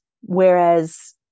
whereas